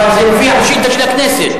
אבל זה מופיע בשאילתא של הכנסת.